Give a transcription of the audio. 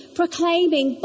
proclaiming